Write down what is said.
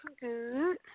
good